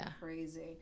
crazy